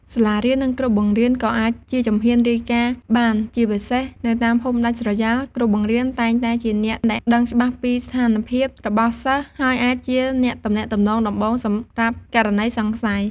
សាលារៀន និងគ្រូបង្រៀន ក៏អាចជាជំហានរាយការណ៍បាន ជាពិសេសនៅតាមភូមិដាច់ស្រយាល គ្រូបង្រៀនតែងតែជាអ្នកដែលដឹងច្បាស់ពីស្ថានភាពរបស់សិស្ស ហើយអាចជាអ្នកទំនាក់ទំនងដំបូងសម្រាប់ករណីសង្ស័យ។